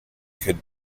could